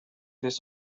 this